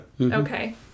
okay